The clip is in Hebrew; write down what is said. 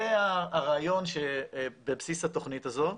זה הרעיון בבסיס התוכנית הזו.